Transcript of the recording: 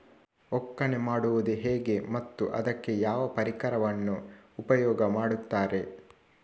ಒಕ್ಕಣೆ ಮಾಡುವುದು ಹೇಗೆ ಮತ್ತು ಅದಕ್ಕೆ ಯಾವ ಪರಿಕರವನ್ನು ಉಪಯೋಗ ಮಾಡುತ್ತಾರೆ?